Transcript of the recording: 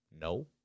no